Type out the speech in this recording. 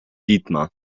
dietmar